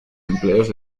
empleos